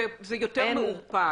זה יותר מעורפל.